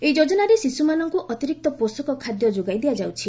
ଏହି ଯୋଜନାରେ ଶିଶ୍ରମାନଙ୍କ ଅତିରିକ୍ତ ପୋଷକ ଖାଦ୍ୟ ଯୋଗାଇ ଦିଆଯାଉଛି